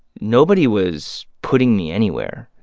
nobody was putting me anywhere.